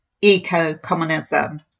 eco-communism